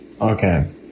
Okay